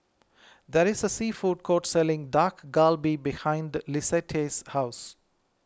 there is a sea food court selling Dak Galbi behind Lissette's house